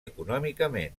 econòmicament